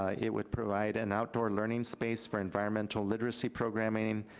ah it would provide an outdoor learning space for environmental literacy programming,